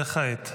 וכעת?